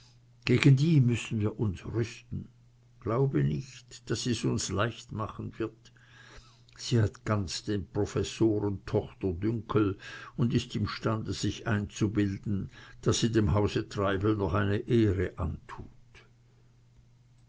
gegen die müssen wir uns rüsten glaube nicht daß sie's uns leicht machen wird sie hat ganz den professorentochterdünkel und ist imstande sich einzubilden daß sie dem hause treibel noch eine ehre antut